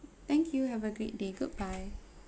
thank you have a great day goodbye